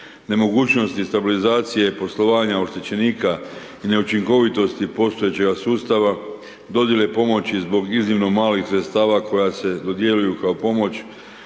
nemogućnosti i stabilizacije poslovanja oštećenika, neučinkovitosti postojećeg sustava dodijele pomoći zbog iznimno malih sredstava koje se dodjeljuju kao pomoć,